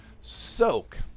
Soak